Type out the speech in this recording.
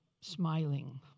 smiling